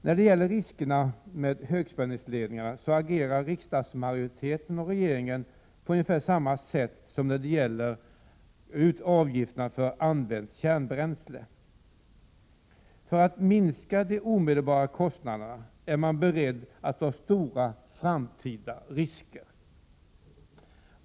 När det gäller riskerna med högspänningsledningar agerar riksdagsmajoriteten och regeringen på ungefär samma sätt som när det gäller avgifterna för använt kärnbränsle. För att minska de omedelbara kostnaderna är man beredd att ta stora framtida risker.